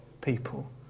people